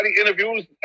interviews